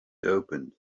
opened